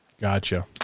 Gotcha